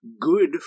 good